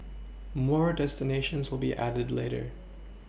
more destinations will be added later